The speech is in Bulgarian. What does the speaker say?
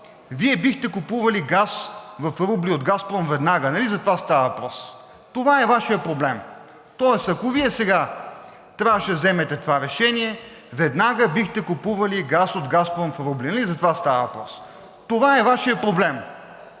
Вие бихте купували газ в рубли от „Газпром“ веднага, нали за това става въпрос? Това е Вашият проблем. Тоест, ако Вие сега трябваше да вземете това решение, веднага бихте купували газ от „Газпром“ в рубли, нали за това става въпрос? Това е Вашият проблем,